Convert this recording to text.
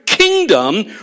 Kingdom